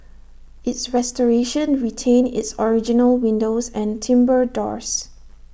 its restoration retained its original windows and timbre doors